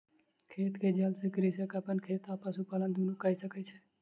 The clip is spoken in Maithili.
खेत के जल सॅ कृषक अपन खेत आ पशुपालन दुनू कय सकै छै